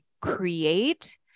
create